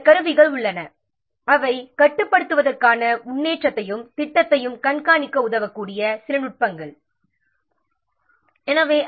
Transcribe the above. சில கருவிகள் அல்லது நுட்பங்கள் ப்ராஜெக்ட்டின் முன்னேற்றத்தை கண்காணிக்கவும் கட்டுப்படுத்தவும் உதவும்